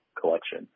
collection